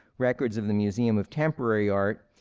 records of the museum of temporary art,